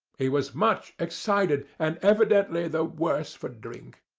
he was much excited, and evidently the worse for drink.